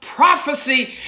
prophecy